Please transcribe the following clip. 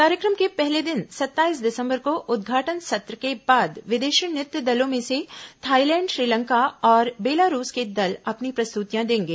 कार्यक्रम के पहले दिन सत्ताईस दिसंबर को उद्घाटन सत्र के बाद विदेशी नृत्य दलों में से थाईलैंड श्रीलंका और बेलारूस के दल अपनी प्रस्तुतियां देंगे